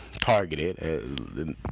targeted